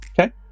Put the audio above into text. Okay